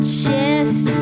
chest